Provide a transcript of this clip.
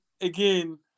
again